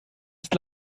ist